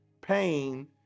pain